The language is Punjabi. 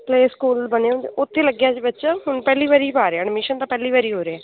ਪਲੇ ਸਕੂਲ ਬਣੇ ਹੁੰਦੇ ਉੱਥੇ ਲੱਗਿਆ ਸੀ ਬੱਚਾ ਹੁਣ ਪਹਿਲੀ ਵਾਰੀ ਪਾ ਰਹੇ ਹਾਂ ਅਡਮੀਸ਼ਨ ਤਾਂ ਪਹਿਲੀ ਵਾਰੀ ਹੋ ਰਿਹਾ